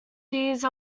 these